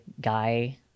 guy